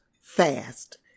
fast